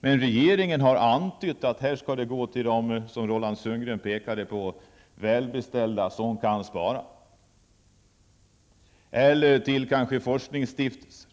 Men regeringen har antytt att pengarna skall gå till, som Roland Sundgren nämnde, de välbeställda som kan spara eller kanske till forskningsstiftelser.